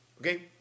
Okay